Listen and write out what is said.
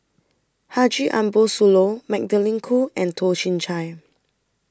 Haji Ambo Sooloh Magdalene Khoo and Toh Chin Chye